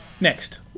next